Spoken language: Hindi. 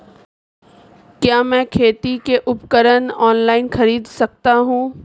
क्या मैं खेती के उपकरण ऑनलाइन खरीद सकता हूँ?